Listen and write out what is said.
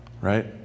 right